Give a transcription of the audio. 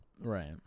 Right